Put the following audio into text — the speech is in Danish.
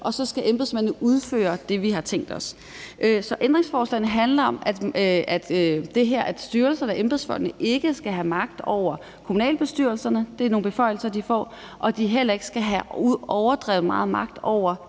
og så skal embedsmændene udføre det, vi har tænkt os. Så ændringsforslagene handler om, at styrelsen og embedsfolkene ikke skal have magt over kommunalbestyrelserne – det er nogle beføjelser, de får – og at de heller ikke skal have overdreven magt over vandselskaberne.